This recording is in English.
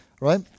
right